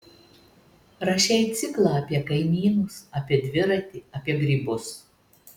rašei ciklą apie kaimynus apie dviratį apie grybus